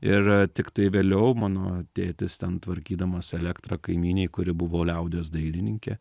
ir tiktai vėliau mano tėtis ten tvarkydamas elektrą kaimynei kuri buvo liaudies dailininkė